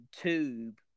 tube